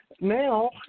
now